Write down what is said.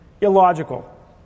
illogical